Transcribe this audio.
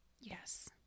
yes